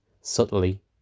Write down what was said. Subtly